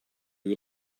you